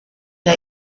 der